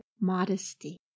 modesty